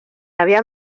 había